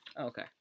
Okay